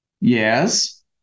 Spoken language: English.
Yes